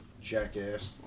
Jackass